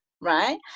right